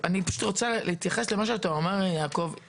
קודם להתייחס למה שאתה אומר, יעקב: